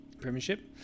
Premiership